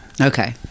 Okay